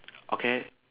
okay